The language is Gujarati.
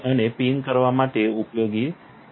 તમે પિન કરવા માટે પણ ઉપયોગ કરી શકો છો